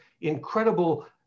incredible